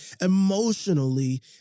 emotionally